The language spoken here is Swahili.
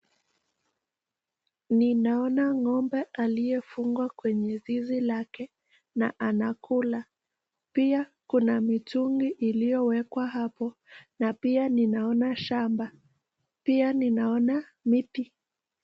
Ninaona ng'ombe aliyefungwa kwenye zizi lake na anakula. Pia kuna mitungi iliowekwa hapo na pia ninaona shamba, pia ninaona miti.